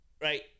Right